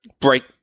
break